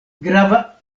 grava